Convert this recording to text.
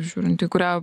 žiūrint į kurią